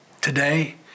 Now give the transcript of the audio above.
Today